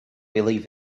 believe